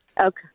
Okay